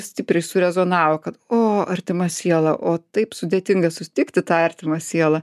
stipriai surezonavo kad o artima siela o taip sudėtinga susitikti tą artimą sielą